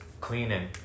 cleaning